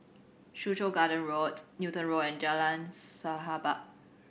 Soo Chow Garden Roads Newton Road and Jalan Sahabat